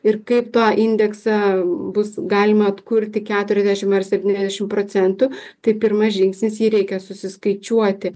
ir kaip tą indeksą bus galima atkurti keturiasdešimt ar septyniasdešimt procentų tai pirmas žingsnis jį reikia susiskaičiuoti